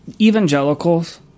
evangelicals